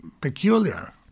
peculiar